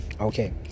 Okay